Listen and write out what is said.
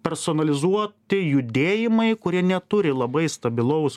personalizuoti judėjimai kurie neturi labai stabilaus